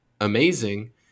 amazing